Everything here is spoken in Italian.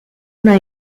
una